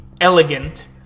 elegant